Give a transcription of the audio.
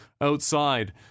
outside